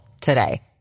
today